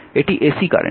এটি ac current